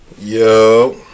Yo